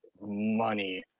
money